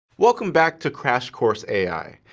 welcome back to crash course ai!